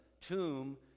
tomb